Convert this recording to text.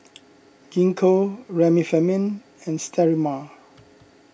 Gingko Remifemin and Sterimar